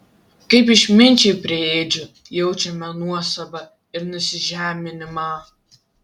kaip išminčiai prie ėdžių jaučiame nuostabą ir nusižeminimą